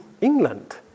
England